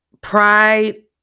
pride